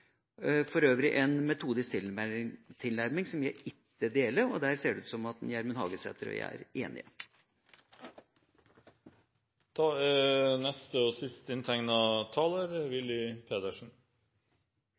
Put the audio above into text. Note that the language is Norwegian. for øvrig en metodisk tilnærming som jeg ikke deler, og der ser det ut som om Gjermund Hagesæter og jeg er